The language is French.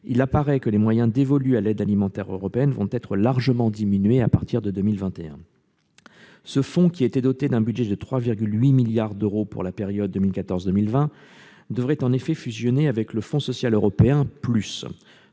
il apparaît que les moyens dévolus à l'aide alimentaire européenne vont être largement diminués à partir de 2021. Ce fonds, qui était doté d'un budget de 3,8 milliards d'euros pour la période 2014-2020, devrait en effet fusionner avec le fonds social européen FSE+,